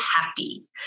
happy